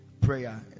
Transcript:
prayer